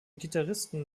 gitarristen